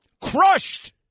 Crushed